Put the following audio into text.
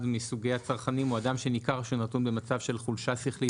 מסוגי הצרכנים הוא "אדם שניכר שהוא נתון במצב של חולשה שכלית,